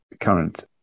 current